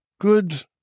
good